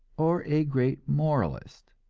or a great moralist.